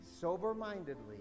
sober-mindedly